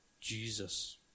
Jesus